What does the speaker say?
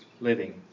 living